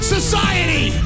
Society